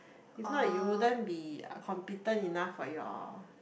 if not you wouldn't be uh competent enough for your